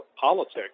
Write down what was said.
politics